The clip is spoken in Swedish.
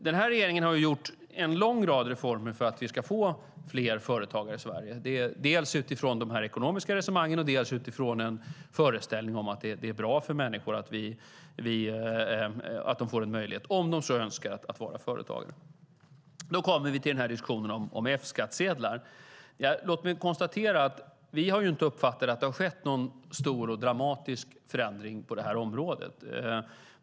Den här regeringen har gjort en lång rad reformer för att vi ska få fler företagare i Sverige, dels utifrån de här ekonomiska resonemangen, dels utifrån en föreställning om att det är bra för människor att få möjlighet att vara företagare om de så önskar. Då kommer vi till diskussionen om F-skattsedlar. Låt mig konstatera att vi inte har uppfattat att det har skett någon stor och dramatisk förändring på det här området.